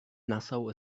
nassau